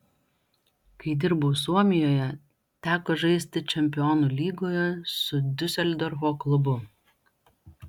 kai dirbau suomijoje teko žaisti čempionų lygoje su diuseldorfo klubu